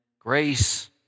Grace